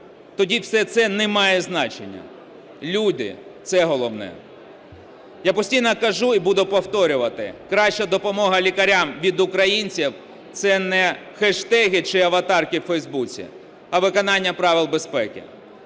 Тоді це все не має значення. Люди – це головне. Я постійно кажу і буду повторювати: краща допомога лікарям від українців - це не хештеги чи аватарки у Фейбуці, а виконання правил безпеки.